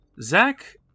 Zach